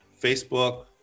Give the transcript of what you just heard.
Facebook